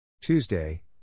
Tuesday